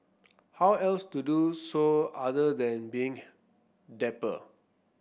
how else to do so other than being dapper